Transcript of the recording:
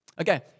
Okay